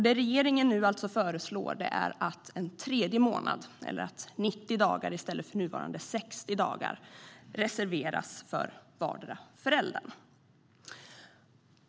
Det regeringen nu förslår är alltså att en tredje månad, eller 90 dagar, i stället för nuvarande 60 dagar reserveras för vardera föräldern.